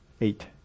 eight